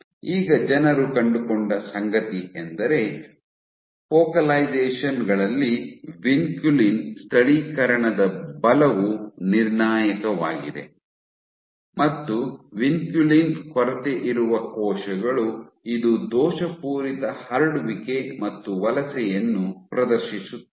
ಈಗ ಜನರು ಕಂಡುಕೊಂಡ ಸಂಗತಿಯೆಂದರೆ ಫೋಕಲೈಸೇಶನ್ ಗಳಲ್ಲಿ ವಿನ್ಕುಲಿನ್ ಸ್ಥಳೀಕರಣದ ಬಲವು ನಿರ್ಣಾಯಕವಾಗಿದೆ ಮತ್ತು ವಿನ್ಕುಲಿನ್ ಕೊರತೆಯಿರುವ ಕೋಶಗಳು ಇದು ದೋಷಪೂರಿತ ಹರಡುವಿಕೆ ಮತ್ತು ವಲಸೆಯನ್ನು ಪ್ರದರ್ಶಿಸುತ್ತದೆ